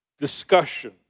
discussion